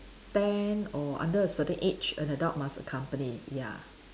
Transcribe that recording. ten or under a certain age an adult must accompany ya